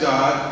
God